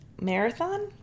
Marathon